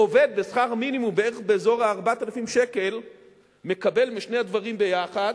עובד בשכר מינימום באזור 4,000 שקל מקבל משני הדברים יחד,